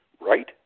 right